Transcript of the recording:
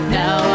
now